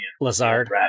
Lazard